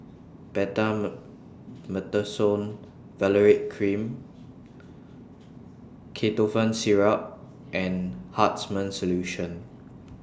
Valerate Cream Ketotifen Syrup and Hartman's Solution